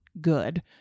good